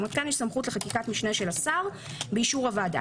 כלומר פה יש סמכות לחקיקת משנה של השר באישור הוועדה.